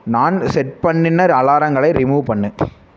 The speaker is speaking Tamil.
நான் செட் பண்ணின அலாரங்களை ரிமூவ் பண்ணு